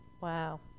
Wow